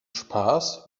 spaß